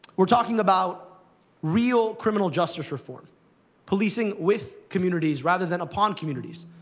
we're talking about real criminal justice reform policing with communities, rather than upon communities,